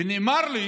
ונאמר לי